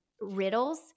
riddles